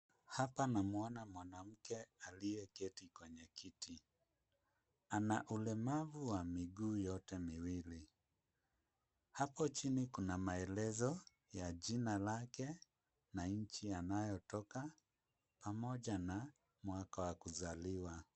Hapa namuona mwanamke aliyeketi kwenye kiti. Ana ulemavu wa miguu yoye miwili. Hapo chini kuna maelezo ya jina lake na nchi anayotoka pamoja na mwaka wa kuzaliwa.